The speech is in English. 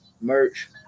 merch